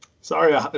sorry